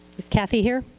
is kathy here?